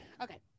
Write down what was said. okay